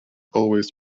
always